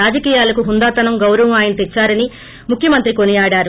రాజకీయాలకు హుందాతనం గౌరవం ఆయన తెచ్చారని ముఖ్యమంత్రి కొనియాడారు